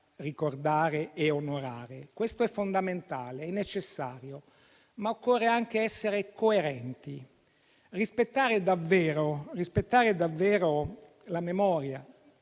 ricordare e onorare. Questo è fondamentale, è necessario, ma occorre anche essere coerenti e rispettare davvero la memoria